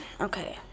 Okay